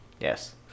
Yes